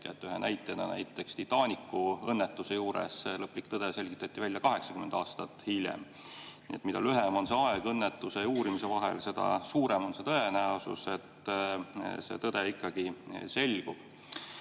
lühinägelik. Näiteks Titanicu õnnetuse lõplik tõde selgitati välja 80 aastat hiljem. Mida lühem on see aeg õnnetuse ja uurimise vahel, seda suurem on tõenäosus, et tõde ikkagi selgub.